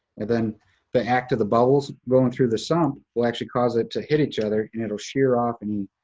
and then the act of the bubbles going through the sump will actually cause it to hit each other, and it'll shear off any,